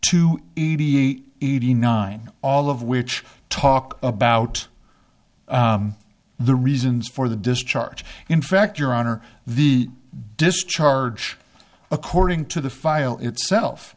two eighty eight eighty nine all of which talk about the reasons for the discharge in fact your honor the discharge according to the file itself